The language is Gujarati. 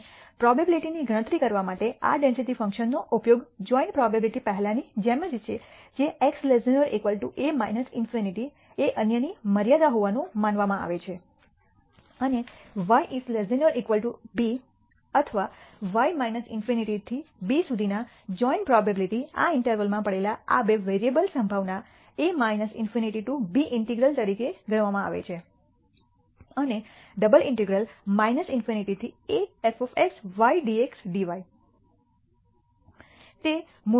અને પ્રોબેબીલીટીની ગણતરી કરવા માટે આ ડેન્સિટી ફંક્શનનો ઉપયોગ જોઈન્ટ પ્રોબેબીલીટી પહેલાંની જેમ છે જે x a ∞ એ અન્યની મર્યાદા હોવાનું માનવામાં આવે છે અને y b અથવા y ∞ થી b સુધીના જોઈન્ટ પ્રોબેબીલીટી આ ઈન્ટરવલમાં પડેલા આ બે વેરીએબ્લસ સંભાવના એ ∞ ટૂ b ઇન્ટેગ્રલ તરીકે ગણવામાં આવે છે અને ડબલ ઇન્ટેગ્રલ ∞ થી a f y dx dy